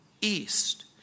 East